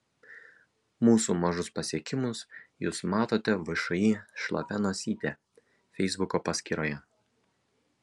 mūsų mažus pasiekimus jūs matote všį šlapia nosytė feisbuko paskyroje